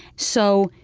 so